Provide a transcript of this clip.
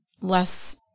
less